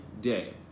day